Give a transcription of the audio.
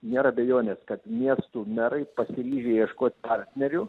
nėra abejonės kad miestų merai pasiryžę ieškot partnerių